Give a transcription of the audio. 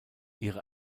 ihre